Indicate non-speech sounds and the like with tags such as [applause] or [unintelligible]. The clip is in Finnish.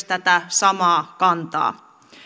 [unintelligible] tätä samaa kantaa